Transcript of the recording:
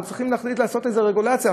אנחנו צריכים להחליט לעשות רגולציה,